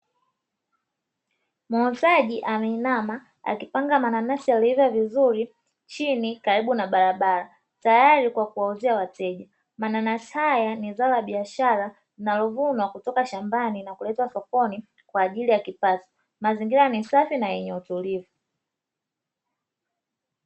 Muuzaji ameinama akipanga mananasi yaliyoiva vizuri chini karibu na barabara, tayari kwa kuwauzia wateja. Mananasi haya ni zao la biashara, linalovunwa kutoka shambani na kuletwa sokoni kwa ajili ya kipato. Mazingira ni safi na yenye utulivu.